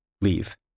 leave